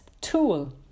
tool